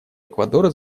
эквадора